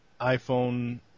iPhone